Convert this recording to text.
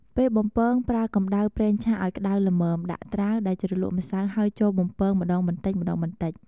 ពេលបំពងប្រើ កំដៅប្រេងឆាឱ្យក្តៅល្មម ដាក់ត្រាវដែលជ្រលក់ម្សៅហើយចូលបំពងម្តងបន្តិចៗ។